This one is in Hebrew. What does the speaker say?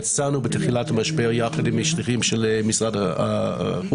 יצאנו בתחילת המשבר יחד עם שליחים של משרד החוץ,